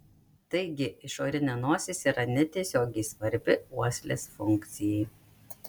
taigi išorinė nosis yra netiesiogiai svarbi uoslės funkcijai